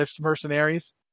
Mercenaries